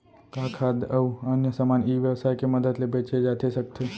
का खाद्य अऊ अन्य समान ई व्यवसाय के मदद ले बेचे जाथे सकथे?